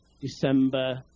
December